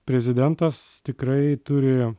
prezidentas tikrai turi